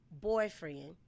boyfriend